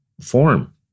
form